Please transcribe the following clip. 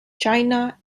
china